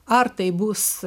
ar tai bus